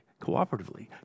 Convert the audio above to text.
cooperatively